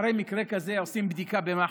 שאחרי מקרה כזה עושים בדיקה במח"ש,